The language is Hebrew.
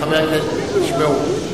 תשמעו.